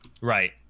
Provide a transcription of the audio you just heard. Right